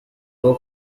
rwo